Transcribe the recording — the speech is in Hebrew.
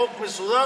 חוק מסודר.